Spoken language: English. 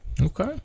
okay